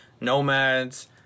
Nomads